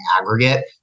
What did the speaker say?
aggregate